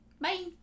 Bye